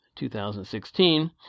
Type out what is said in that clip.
2016